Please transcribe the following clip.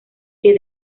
que